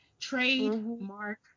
trademark